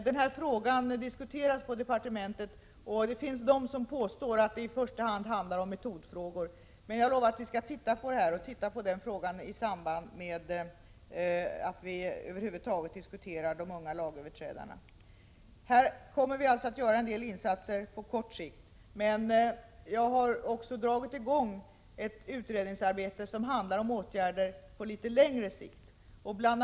Den här frågan diskuteras på departementet, och det finns de som påstår att det i första hand handlar om metodfrågor. Jag lovar att vi skall titta på den frågan i samband med att vi över huvud taget diskuterar de unga lagöverträdarna. Här kommer vi alltså att göra en del insatser på kort sikt, men jag har också dragit i gång ett utredningsarbete, som handlar om åtgärder på litet längre sikt. Bl.